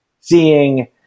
seeing